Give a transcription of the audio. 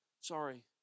Sorry